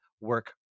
work